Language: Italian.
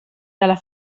dalla